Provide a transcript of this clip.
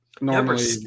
normally